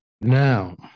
Now